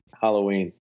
Halloween